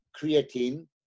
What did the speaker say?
creatine